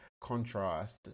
contrast